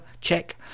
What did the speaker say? check